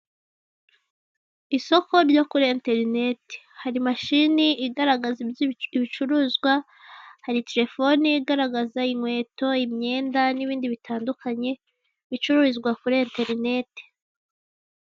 Isoko ryo kuri enterineti, hari mashini igaragaza ibicuruzwa, hari telefoni igaragaza inkweto, imyenda n'ibindi bitandukanye bicururizwa kuri enterineti.